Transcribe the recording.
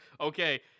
okay